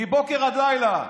מבוקר עד לילה,